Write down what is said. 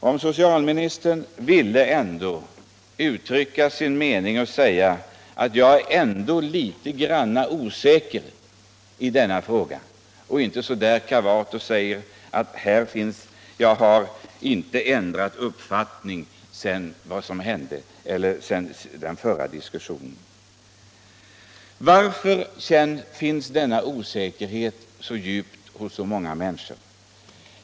Det vore värdefullt om socialministern ville säga att han ändå är litet grand osäker i denna fråga och inte bara så där kavat uttala att han inte har ändrat uppfattning sedan den förra diskussionen. Varför är denna osäkerhet så djupt känd hos så många människor?